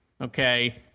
Okay